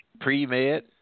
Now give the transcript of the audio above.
pre-med